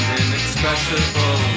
inexpressible